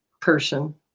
person